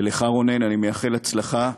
ולך, רונן, אני מאחל הצלחה,